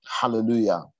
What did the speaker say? Hallelujah